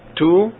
two